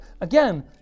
again